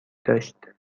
داشت